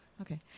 Okay